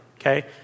okay